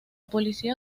policía